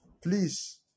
Please